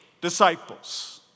disciples